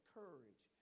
courage